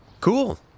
Cool